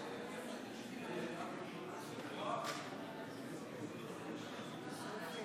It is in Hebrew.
רבותיי חברי הכנסת, להלן תוצאות ההצבעה: 89 בעד,